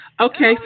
Okay